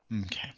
Okay